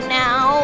now